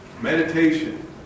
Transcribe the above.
Meditation